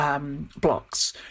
blocks